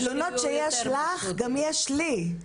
התלונות שיש לך, גם יש לי.